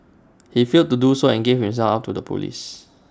he failed to do so and gave himself up to the Police